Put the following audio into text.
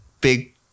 big